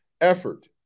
Effort